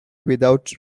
without